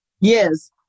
Yes